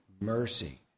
mercy